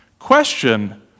Question